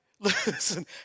Listen